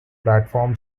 platform